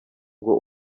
ngo